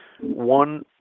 one